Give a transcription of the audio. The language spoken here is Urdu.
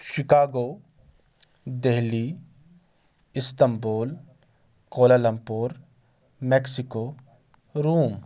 Chicago Delhi Istanbul Kuala Lumpur Mexico room